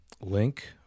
link